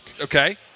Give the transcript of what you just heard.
Okay